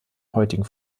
heutigen